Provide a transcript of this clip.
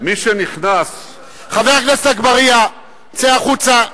מי שנכנס, חבר הכנסת אגבאריה, צא החוצה.